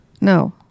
no